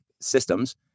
systems